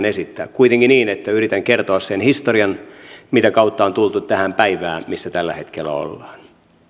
esittää kuitenkin niin että yritän kertoa sen historian mitä kautta on tultu tähän päivään missä tällä hetkellä ollaan